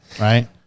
right